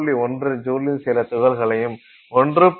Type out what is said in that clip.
1 ஜூலில் சில துகள்களையும் 1